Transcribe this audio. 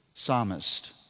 psalmist